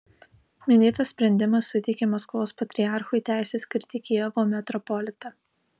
minėtas sprendimas suteikė maskvos patriarchui teisę skirti kijevo metropolitą